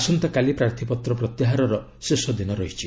ଆସନ୍ତାକାଲି ପ୍ରାର୍ଥୀପତ୍ର ପ୍ରତ୍ୟାହାରର ଶେଷ ଦିନ ରହିଛି